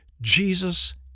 Jesus